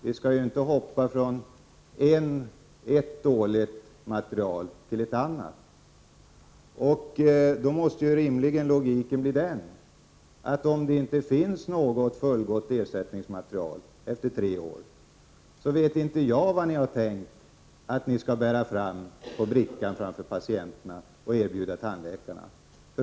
Vi skall inte riskera att hoppa från ett dåligt material till ett annat. Då måste rimligen logiken vara att om det inte finns något fullgott ersättningsmaterial efter tre år så vet inte reservanterna vad ni skall lägga på brickan och erbjuda patienterna och tandläkarna.